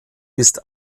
ist